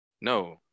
No